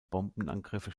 bombenangriffe